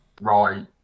Right